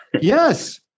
Yes